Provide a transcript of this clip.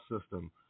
system